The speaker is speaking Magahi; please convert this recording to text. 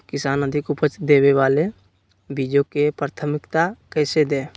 किसान अधिक उपज देवे वाले बीजों के प्राथमिकता कैसे दे?